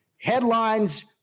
Headlines